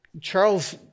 Charles